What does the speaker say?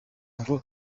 ngo